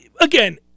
Again—